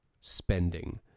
spending